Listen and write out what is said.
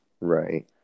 Right